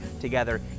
together